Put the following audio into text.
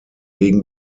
gegen